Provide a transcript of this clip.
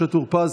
משה טור פז,